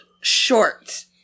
short